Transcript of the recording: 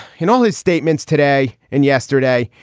in all his statements today and yesterday,